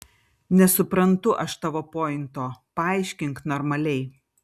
nesuprantu aš tavo pointo paaiškink normaliai